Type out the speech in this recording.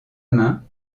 main